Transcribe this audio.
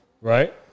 Right